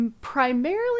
primarily